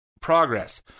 progress